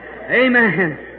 Amen